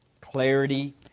clarity